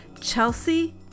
Chelsea